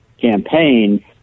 campaign